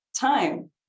time